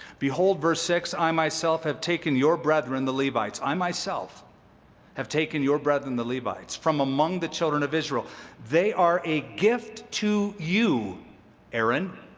behold, verse six, i myself have taken your brethren the levites i myself have taken your brethren the levites from among the children of israel they are a gift to you and